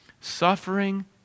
Suffering